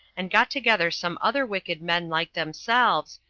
and got together some other wicked men like themselves,